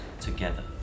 together